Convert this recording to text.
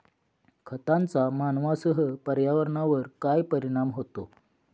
खतांचा मानवांसह पर्यावरणावर काय परिणाम होतो?